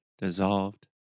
dissolved